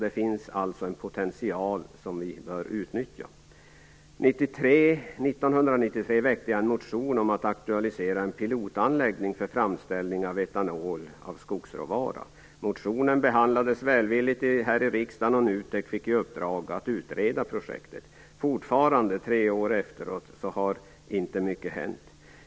Det finns alltså en potential som vi bör utnyttja. År 1993 väckte jag en motion om att aktualisera en pilotanläggning för framställning av etanol av skogsråvara. Motionen behandlades välvilligt här i riksdagen, och NUTEK fick i uppdrag att utreda projektet. Fortfarande - tre år efteråt - har inte mycket hänt.